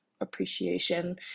appreciation